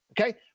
Okay